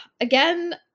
Again